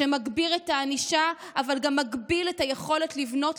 שמגביר את הענישה אבל גם מגביל את היכולת לבנות,